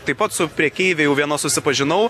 taip pat su prekeive jau viena susipažinau